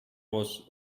was